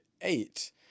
eight